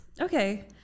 Okay